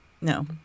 No